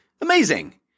Amazing